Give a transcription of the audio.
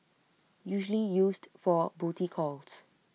usually used for booty calls